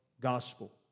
gospel